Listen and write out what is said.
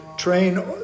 Train